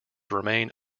remain